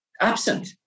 absent